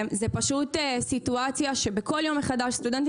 זה פשוט סיטואציה שבכל יום מחדש סטודנטים